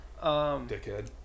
Dickhead